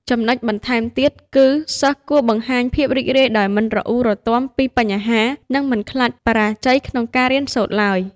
ចំណុចបន្ថែមទៀត គឺសិស្សគួរបង្ហាញភាពរីករាយដោយមិនរអ៊ូរទាំពីបញ្ហា និងមិនខ្លាចបរាជ័យក្នុងការរៀនសូត្រទ្បើយ។